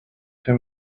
him